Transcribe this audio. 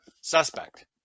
suspect